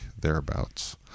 thereabouts